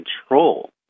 control